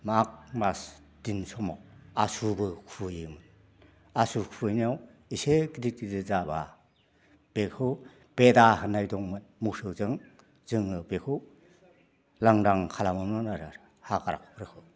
माग मास दिन समाव आसुबो खुबैयोमोन आसु खुबैनायाव एसे गिदिर गिदिर जाबा बेखौ बेदा होनाय दंमोन मोसौजों जोङो बेखौ लांदां खालामोमोन आरो हाग्राफोरखौ